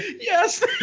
yes